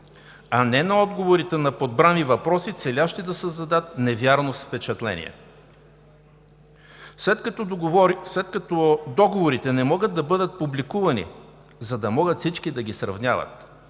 а не на отговорите на подбрани въпроси, целящи да създадат невярно впечатление. След като договорите не могат да бъдат публикувани, за да могат всички да ги сравняват,